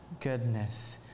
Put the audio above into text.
goodness